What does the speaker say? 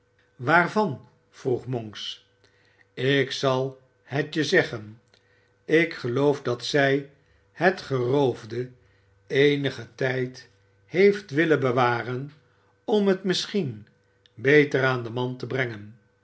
waarvan vroeg monks ik zal het je zeggen ik geloof dat zij het geroofde eenigen tijd heeft wijen bewaren om het misschien beter aan den man te brengen